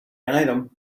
item